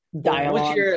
dialogue